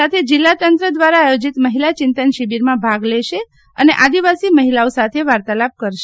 સાથે જિલ્લા તંત્ર દ્વારા આયોજિત મહિલા ચિંતન શિબિરમાં ભાગ લેશે અને આદિવસી મહિલાઓ સાથે વાર્તાલાપ કરશે